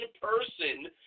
person